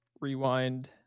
Rewind